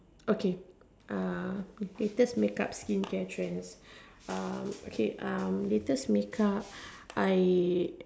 okay uh latest make up skincare trends um okay um latest make up I